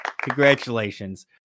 Congratulations